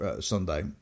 Sunday